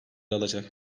alacak